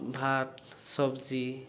ভাত চবজি